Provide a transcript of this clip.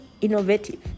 innovative